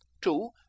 two